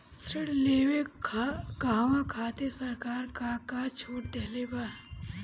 ऋण लेवे कहवा खातिर सरकार का का छूट देले बा?